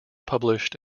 published